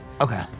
Okay